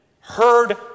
heard